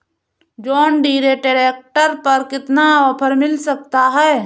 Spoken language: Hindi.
जॉन डीरे ट्रैक्टर पर कितना ऑफर मिल सकता है?